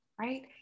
Right